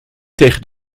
tegen